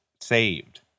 saved